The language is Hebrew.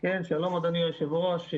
אדוני היושב-ראש.